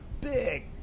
big